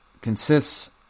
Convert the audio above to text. consists